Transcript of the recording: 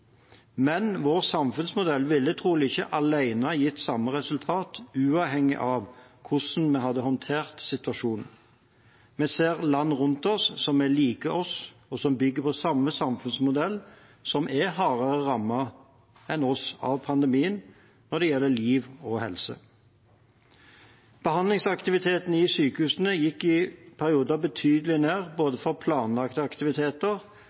Men vår samfunnsmodell ville trolig ikke alene gitt samme resultat uavhengig av hvordan vi hadde håndtert situasjonen. Vi ser land rundt oss som er lik oss og bygger på den samme samfunnsmodellen, som er hardere rammet enn oss av pandemien når det gjelder liv og helse. Behandlingsaktiviteten i sykehusene gikk i perioder betydelig ned for planlagte aktiviteter,